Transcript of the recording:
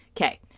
Okay